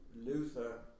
Luther